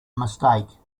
mistake